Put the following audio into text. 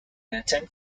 attempt